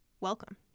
welcome